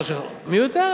מיותרת?